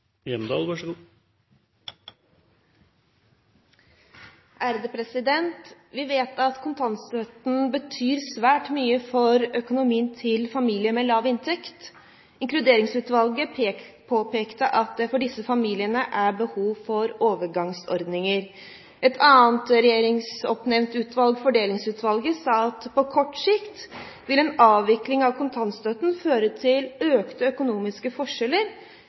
Vi vet at kontantstøtten betyr svært mye for økonomien til familier med lav inntekt. Inkluderingsutvalget påpekte at det for disse familiene er behov for overgangsordninger. Et annet regjeringsoppnevnt utvalg, Fordelingsutvalget, sa at på kort sikt vil en avvikling av kontantstøtten føre til økte økonomiske forskjeller,